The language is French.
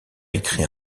écrit